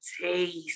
taste